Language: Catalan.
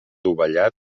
dovellat